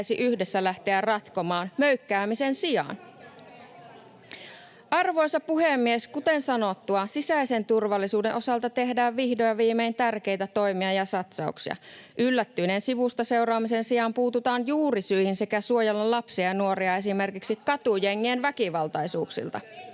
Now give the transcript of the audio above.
Miksette ratkaise?] Arvoisa puhemies! Kuten sanottua, sisäisen turvallisuuden osalta tehdään vihdoin ja viimein tärkeitä toimia ja satsauksia. Yllättyneen sivustaseuraamisen sijaan puututaan juurisyihin sekä suojellaan lapsia ja nuoria esimerkiksi katujengien väkivaltaisuuksilta.